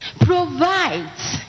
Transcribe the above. provides